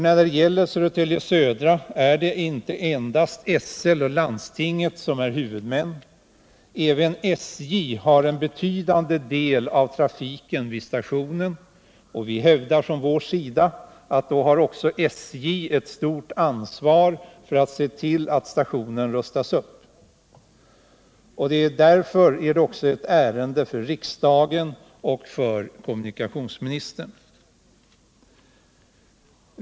När det gäller Södertälje Södra är det inte endast SL och landstinget som är huvudmän — även SJ har betydande del av trafiken vid stationen, och vi hävdar från vår sida att då har SJ också ett stort ansvar för att stationen rustas upp. Därför är detta också ett ärende för riksdagen och för kommunikationsministern.